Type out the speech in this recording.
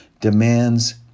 demands